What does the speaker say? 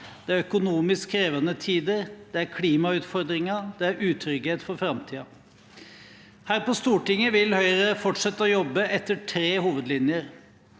økonomisk krevende tider, klimautfordringer og utrygghet for framtiden. Her på Stortinget vil Høyre fortsette å jobbe etter tre hovedlinjer: